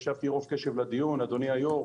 הקשבתי ברוב קשב לדיון אדוני היושב-ראש,